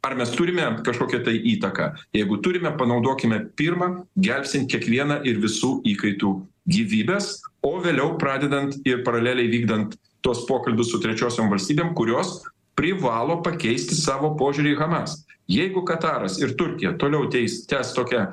ar mes turime kažkokią tai įtaką jeigu turime panaudokime pirma gelbstint kiekvieną ir visų įkaitų gyvybes o vėliau pradedant ir paraleliai vykdant tuos pokalbius su trečiosiom valstybėm kurios privalo pakeisti savo požiūrį į hamas jeigu kataras ir turkija toliau teis tęs tokią